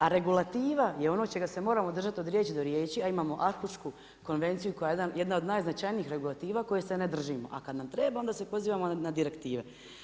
A regulativa je ono čega se moramo držati od riječi do riječi a imamo Arhušku konvenciju koja je jedna od najznačajnijih regulativa koje se ne držimo, a kad nam treba, onda se pozivamo na direktive.